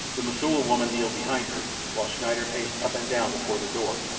the mosula woman kneeled behind her, while schneider paced up and down before the door,